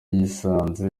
yisanze